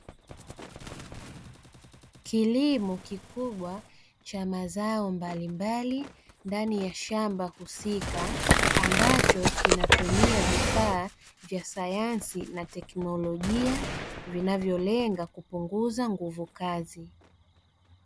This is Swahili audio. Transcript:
Kilimo kikubwa cha mazao mbalimbali ndani ya shamba husika, ambacho kinatumia vifaa vya sayansi na tekinolojia, vinavyolenga kupunguza nguvu kazi.